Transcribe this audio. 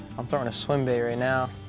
i'm throwing a slim bait right now.